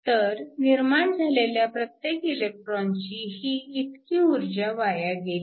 तर निर्माण झालेल्या प्रत्येक इलेक्ट्रॉनची ही इतकी ऊर्जा वाया गेली